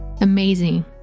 Amazing